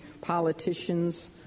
politicians